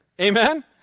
Amen